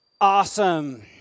Awesome